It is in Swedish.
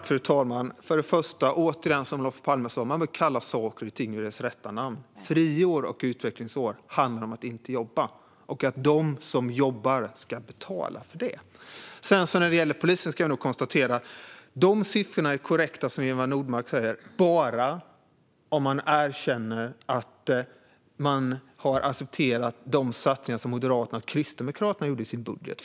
Fru talman! Återigen, som Olof Palme sa: Man bör kalla saker och ting vid deras rätta namn. Friår och utvecklingsår handlar om att inte jobba och att de som jobbar ska betala för det. När det gäller polisen kan jag konstatera att de siffror som Eva Nordmark anför är korrekta bara om man accepterar de satsningar som Moderaterna och Kristdemokraterna gör i sin budget.